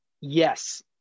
Yes